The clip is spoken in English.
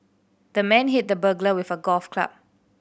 the man hit the burglar with a golf club